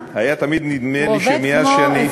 תמיד היה נדמה לי שמאז שאני,